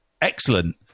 excellent